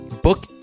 Book